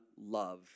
love